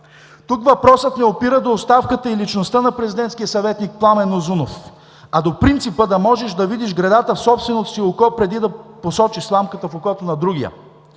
Тук въпросът не опира до оставката и личността на президентския съветник Пламен Узунов, а до принципа да можеш да видиш гредата в собственото си око преди да посочиш сламката в окото на другия.